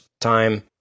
time